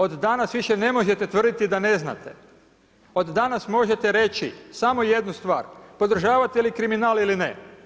Od danas više ne možete tvrditi da ne znate, od danas možete reći samo jednu stvar podržavate li kriminal ili ne?